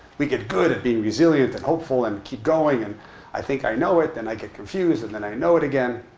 we get good at being resilient, and hopeful, and keep going. and i think i know it. then i get confused. and then i know it again,